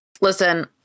Listen